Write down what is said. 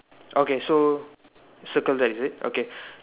okay so circle that is it okay